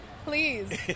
Please